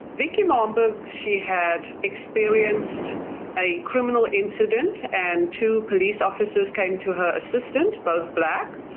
vicky momberg, she had experienced a criminal incident and two police officers came to her assistance, both black.